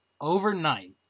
overnight